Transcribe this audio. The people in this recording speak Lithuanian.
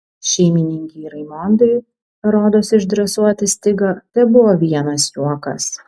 šeimininkei raimondai rodos išdresuoti stigą tebuvo vienas juokas